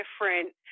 different